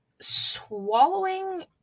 swallowing